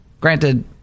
Granted